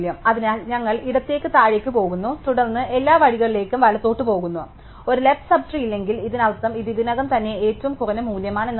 അതിനാൽ ഞങ്ങൾ ഇടത്തേക്ക് താഴേക്ക് പോകുന്നു തുടർന്ന് ഞങ്ങൾ എല്ലാ വഴികളിലേക്കും വലത്തോട്ട് പോകുന്നു ഞങ്ങൾക്ക് ഒരു ലെഫ്റ് സബ് ട്രീ ഇല്ലെങ്കിൽ ഇതിനർത്ഥം ഇത് ഇതിനകം തന്നെ ഏറ്റവും കുറഞ്ഞ മൂല്യമാണ് എന്നാണ്